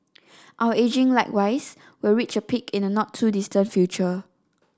our ageing likewise will reach a peak in a not too distant future